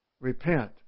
Repent